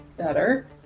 Better